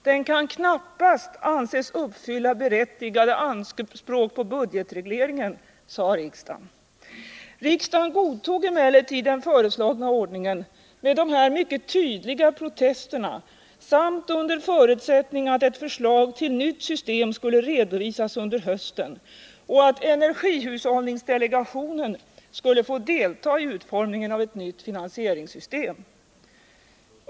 Den kan knappast anses uppfylla berättigade anspråk på budgetregleringen.” Riksdagen godtog emellertid den föreslagna ordningen med dessa mycket tydliga protester samt under förutsättning att ett förslag till nytt system skulle redovisas under hösten och att energihushållningsdelegationen skulle få delta i utformningen av ett nytt finansieringssystem.